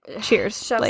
cheers